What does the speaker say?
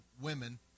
women